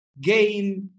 game